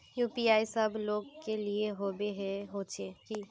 UPI सब लोग के लिए होबे होचे की?